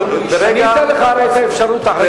אני אתן לך את האפשרות אחרי זה.